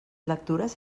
lectures